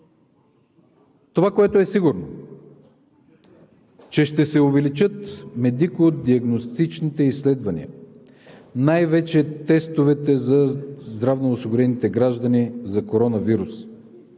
Това, което е сигурно, е, че ще се увеличат медико-диагностичните изследвания, най-вече тестовете за здравноосигурените граждани за коронавирус.